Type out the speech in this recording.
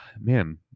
man